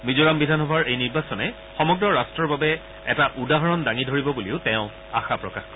মিজোৰাম বিধানসভাৰ এই নিৰ্বাচনে সমগ্ৰ ৰট্টৰ বাবে এটা উদাহৰণ দাঙি ধৰিব বুলিও তেওঁ আশা প্ৰকাশ কৰে